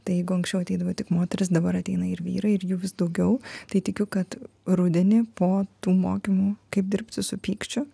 tai jeigu anksčiau ateidavo tik moterys dabar ateina ir vyrai ir jų vis daugiau tai tikiu kad rudenį po tų mokymų kaip dirbti su pykčiu